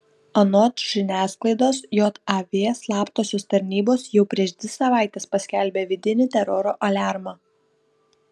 anot žiniasklaidos jav slaptosios tarnybos jau prieš dvi savaites paskelbė vidinį teroro aliarmą